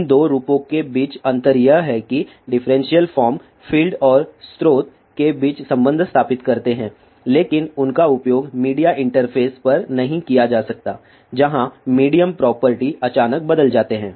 इन दो रूपों के बीच अंतर यह है कि डिफरेंशियल फॉर्म फील्ड और स्रोत के बीच संबंध स्थापित करते हैं लेकिन उनका उपयोग मीडिया इंटरफेस पर नहीं किया जा सकता है जहां मेडियम प्रॉपर्टी अचानक बदल जाते हैं